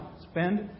Spend